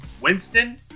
Winston